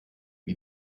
wie